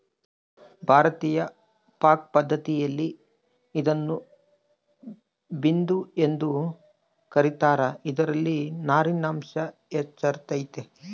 ಭಾರತೀಯ ಪಾಕಪದ್ಧತಿಯಲ್ಲಿ ಇದನ್ನು ಭಿಂಡಿ ಎಂದು ಕ ರೀತಾರ ಇದರಲ್ಲಿ ನಾರಿನಾಂಶ ಹೆಚ್ಚಿರ್ತದ